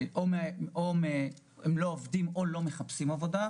עובדת או לא מחפשת עובדת.